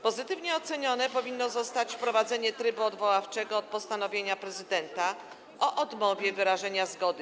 Pozytywnie ocenione powinno zostać wprowadzenie trybu odwoławczego od postanowienia prezydenta o odmowie wyrażenia zgody.